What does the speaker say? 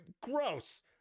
Gross